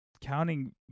counting